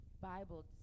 Bible